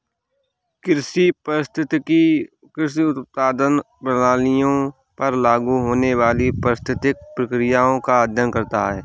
कृषि पारिस्थितिकी कृषि उत्पादन प्रणालियों पर लागू होने वाली पारिस्थितिक प्रक्रियाओं का अध्ययन करता है